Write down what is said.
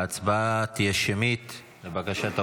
ההצבעה תהיה שמית, לבקשת האופוזיציה.